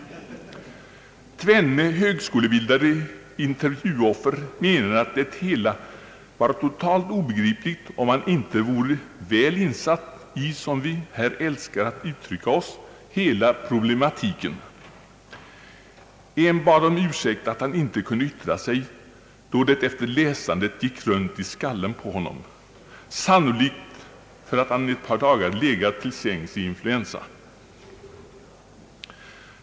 Tvenne högskolebildade intervjuoffer menade att det hela var totalt obegripligt om man inte vore väl insatt i, som vi här älskar att uttrycka oss, »hela problematiken». En bad om ursäkt för att han inte kunde yttra sig, då det efter läsandet gick runt i skallen på honom, sannolikt för att han ett par dagar legat till sängs i influensa.